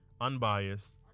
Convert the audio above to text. unbiased